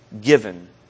given